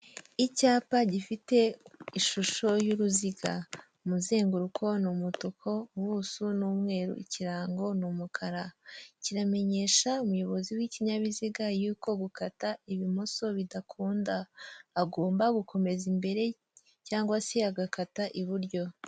Icyapa gifite ishusho y'uruziga umuzenguruko ni umutuku ubuso n'umweru ikirango ni umukara kiramenyesha umuyobozi w'ikinyabiziga yuko gukata ibumoso bidakunda agomba gukomeza imbere cyangwa se agakata iburyo.